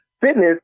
Fitness